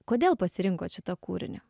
kodėl pasirinkot šitą kūrinį